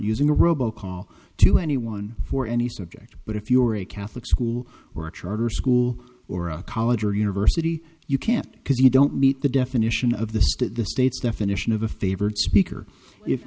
using a robo call to anyone for any subject but if you're a catholic school or a charter school or a college or university you can't because you don't meet the definition of the state the state's definition of a favored speaker if